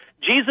Jesus